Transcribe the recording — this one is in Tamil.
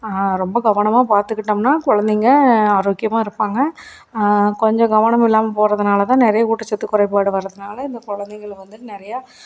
ரொம்ப கவனமாக பார்த்துக்கிட்டோம்னா குழந்தைங்க ஆரோக்கியமாக இருப்பாங்க கொஞ்ச கவனம் இல்லாமல் போகிறதுனால தான் நிறைய ஊட்டச்சத்து குறைபாடு வர்றதனால இந்த குழந்தைங்கள வந்துட்டு நிறையா